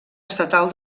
estatal